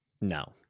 No